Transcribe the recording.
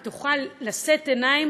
היא תוכל לשאת עיניים